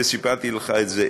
וסיפרתי לך את זה,